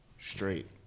straight